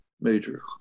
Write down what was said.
major